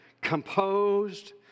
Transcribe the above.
composed